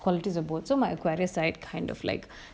qualities of both so my aquarius side kind of like